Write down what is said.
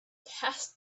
passed